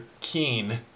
keen